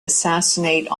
assassinate